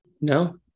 no